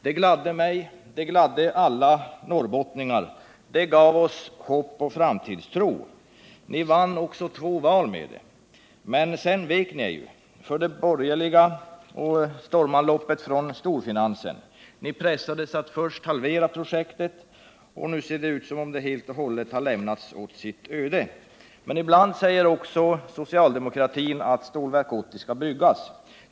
Det gladde mig, och det gladde alla norrbottningar, det gav oss hopp och framtidstro. Ni vann också två val med det. Men sedan vek ni er för de borgerliga och för stormanloppet från storfinansen. Ni tvingades att först halvera projektet, och nu ser det ut som om det helt och hållet har lämnats åt sitt öde. Men ibland säger socialdemokratin att Stålverk 80 skall byggas.